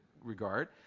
regard